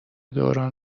دوران